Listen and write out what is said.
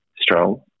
strong